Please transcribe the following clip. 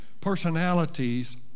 personalities